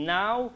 now